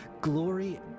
glory